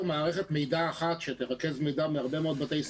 מערכת מידע אחת שתרכז מידע מהרבה מאוד בתי ספר,